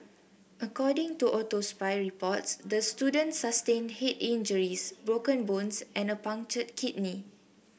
according to autopsy reports the student sustained head injuries broken bones and a punctured kidney